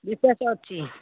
ବିଶ୍ୱାସ ଅଛି